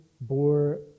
bore